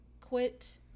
quit